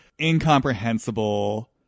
incomprehensible